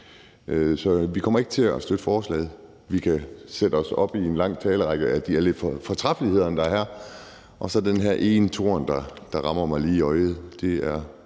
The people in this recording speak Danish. Så vi kommer ikke til at støtte forslaget. Vi kan stille os op i en lang talerrække og tale om alle de fortræffeligheder, der er. Men så er der den her ene torn, der rammer mig lige i øjet.